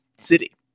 city